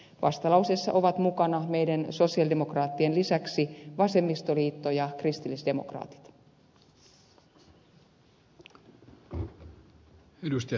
vastalauseessa ovat mukana meidän sosialidemokraattien lisäksi vasemmistoliitto ja kristillisdemokraatit